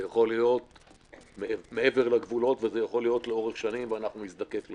זה יכול להיות מעבר לגבולות ויכול להיות שלאורך שנים נזדקק להם.